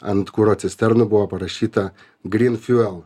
ant kuro cisternų buvo parašyta green fuel